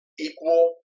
equal